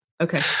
Okay